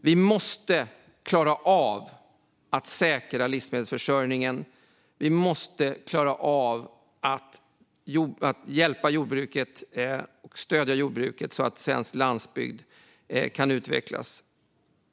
Vi måste klara av att säkra livsmedelsförsörjningen. Vi måste klara av att hjälpa och stödja jordbruket så att svensk landsbygd kan utvecklas.